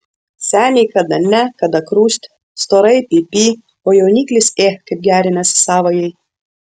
seniai kada ne kada krust storai py py o jauniklis ė kaip gerinasi savajai